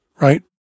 Right